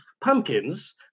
pumpkins